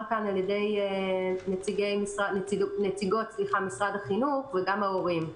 כאן על ידי נציגות משרד החינוך וגם ההורים,